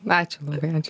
ačiū labai ačiū